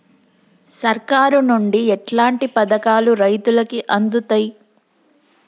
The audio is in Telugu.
సర్కారు నుండి ఎట్లాంటి పథకాలు రైతులకి అందుతయ్?